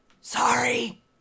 Sorry